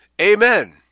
Amen